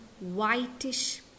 whitish